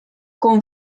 con